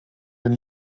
den